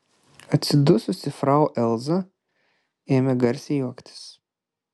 atsidususi frau elza ėmė garsiai juoktis